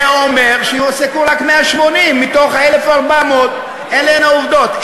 זה אומר שיועסקו רק 180 מתוך 1,400. אלה הן העובדות.